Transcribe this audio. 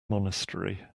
monastery